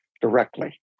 directly